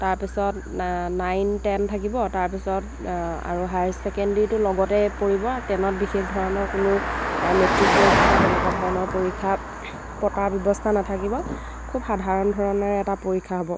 তাৰপিছত nine ten থাকিব তাৰপিছত আৰু হায়াৰ ছেকেণ্ডেৰীটো লগতে পৰিব আৰু টেনত বিশেষ ধৰণৰ কোনো মেট্ৰিক পৰীক্ষা বা তেনেকুৱা ধৰণৰ পৰীক্ষা পতাৰ ব্যৱস্থা নাথাকিব খুব সাধাৰণ ধৰণেৰে এটা পৰীক্ষা হ'ব